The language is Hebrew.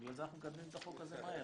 בגלל זה אנחנו מקדמים את החוק הזה מהר.